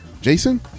Jason